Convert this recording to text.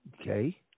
okay